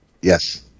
Yes